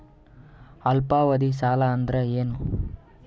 ಅಲ್ಪಾವಧಿ ಸಾಲ ಅಂದ್ರ ಏನು?